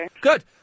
good